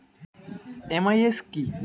MIS কি?